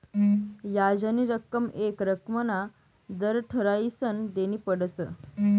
याजनी रक्कम येक रक्कमना दर ठरायीसन देनी पडस